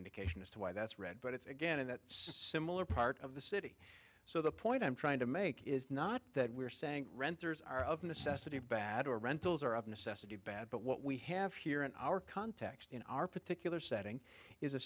indication as to why that's red but it's again in that similar part of the city so the point i'm trying to make is not that we're saying renters are of necessity bad or rentals are of necessity bad but what we have here in our context in our particular setting is a